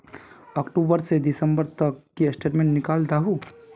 अक्टूबर से दिसंबर तक की स्टेटमेंट निकल दाहू?